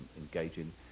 engaging